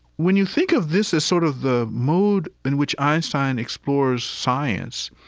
when you think of this as sort of the mode in which einstein explores science,